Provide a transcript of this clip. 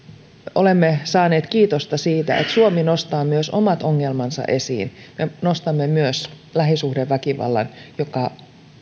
olemme saaneet kiitosta siitä että suomi nostaa myös omat ongelmansa esiin me nostamme esiin myös lähisuhdeväkivallan jolla sektorilla